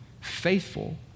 Faithful